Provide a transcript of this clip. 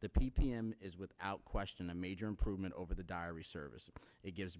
the p p m is without question a major improvement over the diary service it gives